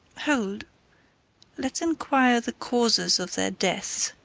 hold let's inquire the causers of their deaths,